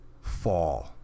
fall